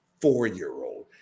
four-year-old